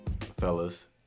fellas